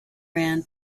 ran